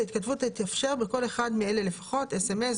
ההתכתבות תתאפשר בכל אחד אלה לפחות: סמס,